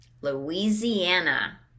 Louisiana